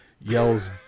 yells